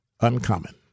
Uncommon